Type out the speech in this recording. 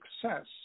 success